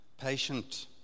patient